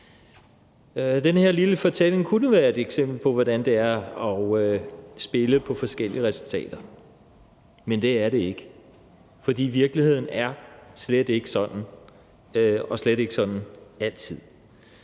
Den her lille fortælling kunne være et eksempel på, hvordan det er at spille på forskellige resultater, men det er det ikke, for virkeligheden er slet ikke altid sådan.